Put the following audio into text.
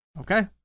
Okay